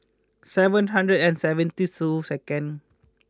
seven hundred and seventy two second